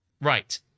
Right